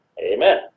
Amen